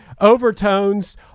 overtones